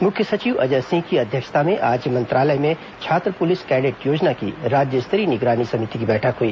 मुख्य सचिव अजय सिंह की अध्यक्षता में आज मंत्रालय में छात्र पुलिस कैंडेट योजना की राज्य स्तरीय निगरानी समिति की बैठक हई